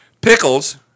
Pickles